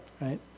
right